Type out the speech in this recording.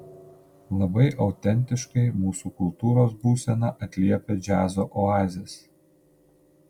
labai autentiškai mūsų kultūros būseną atliepia džiazo oazės